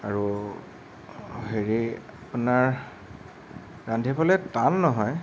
আৰু হেৰি আপোনাৰ ৰান্ধিবলৈ টান নহয়